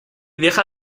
deja